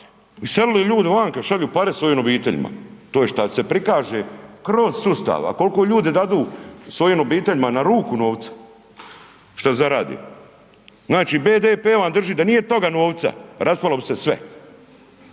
iselili ljude vanka, šalju pare svojim obiteljima, to je šta se prikaže kroz sustav, a kolko ljudi dadu svojim obiteljima na ruku novca šta zarade, znači BDP vam drži, da nije toga novca raspalo bi se sve,